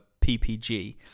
PPG